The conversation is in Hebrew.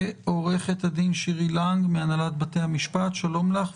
עורכת הדין שירי לנג מהנהלת בתי המשפט, שלום לך.